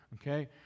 Okay